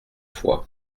fois